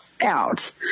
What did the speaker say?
out